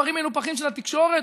מספרים מנופחים של התקשורת,